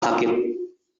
sakit